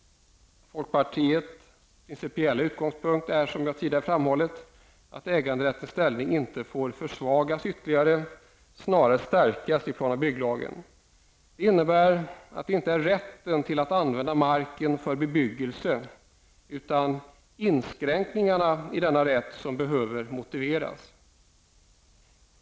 Folkpartiets principiella utgångspunkt är att äganderättens ställning inte får försvagas ytterligare, snarare stärkas i PBL. Det innebär att det inte är rätten att använda mark för bebyggelse utan inskränkningar i denna rätt som behöver motiveras.